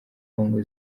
congo